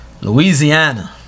Louisiana